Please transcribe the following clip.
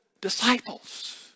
disciples